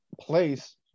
place